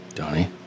Donnie